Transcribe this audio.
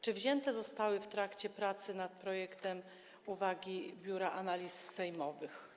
Czy uwzględnione zostały w trakcie pracy nad projektem uwagi Biura Analiz Sejmowych?